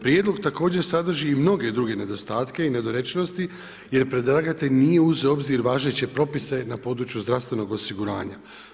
Prijedlog također sadrži i mnoge druge nedostatke i nedorečenosti jer predlagatelj nije uzeo u obzir važeće propise na području zdravstvenog osiguranja.